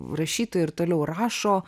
rašytojai ir toliau rašo